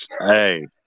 Hey